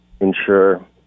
ensure